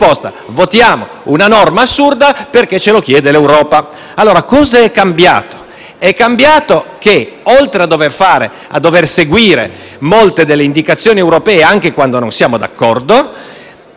votiamo una norma assurda perché ce lo chiede l'Europa. Cosa è cambiato? Oltre a dover seguire molte delle indicazioni europee anche quando non siamo d'accordo,